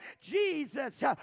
Jesus